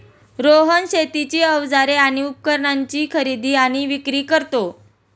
रोहन शेतीची अवजारे आणि उपकरणाची खरेदी आणि विक्री करतो